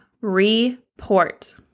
Report